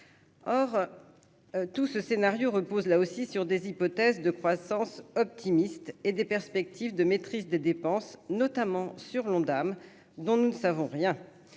or tout ce scénario repose là aussi sur des hypothèses de croissance optimistes et des perspectives de maîtrise des dépenses, notamment sur l'Ondam dont nous ne savons rien